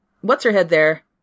What's-Her-Head-There